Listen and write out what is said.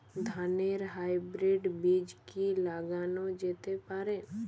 ধানের হাইব্রীড বীজ কি লাগানো যেতে পারে?